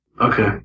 Okay